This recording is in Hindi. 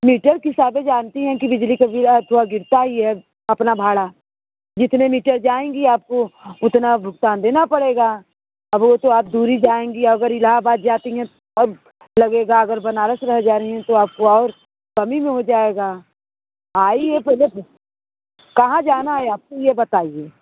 मीटर की जानते हैं कि बिजली कि बिल आ थोड़ा गिरता ही है अपना भाड़ा जितने मीटर जाएँगी आपको उतना भुगतान देना पड़ेगा अब वह तो आप दूर ही जाएँगी अगर इलाहाबाद जाती हैं लगेगा अगर बनारस की तरफ़ जा रही हैं तो आपको और कम ही में हो जाएगा आइए पहले तो कहाँ जाना हैं आपको यह बताइए